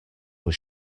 was